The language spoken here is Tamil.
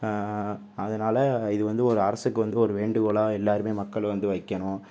அதனால் இது வந்து ஒரு அரசுக்கு வந்து ஒரு வேண்டுகோளாக எல்லோருமே மக்கள் வந்து வைக்கணும்